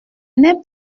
n’est